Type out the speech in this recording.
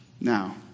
Now